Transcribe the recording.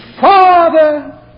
Father